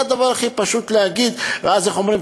זה הדבר הכי פשוט להגיד, ואז, איך אומרים?